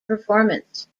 performance